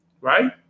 right